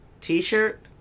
t-shirt